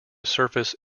surface